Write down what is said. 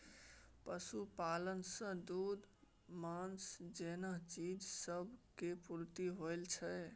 पशुपालन सँ दूध, माँस जेहन चीज सब केर पूर्ति होइ छै